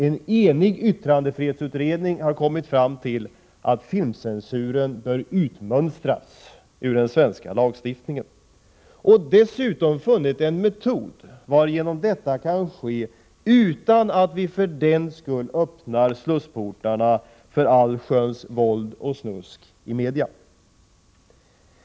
En enig yttrandefrihetsutredning har kommit fram till att filmcensuren bör utmönstras ur den svenska lagstiftningen och dessutom funnit en metod varigenom detta kan göras utan att vi för den skull öppnar slussportarna för allsköns våld och snusk i medierna.